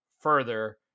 further